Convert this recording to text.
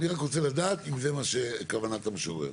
אני רק רוצה לדעת אם זו כוונת המשורר.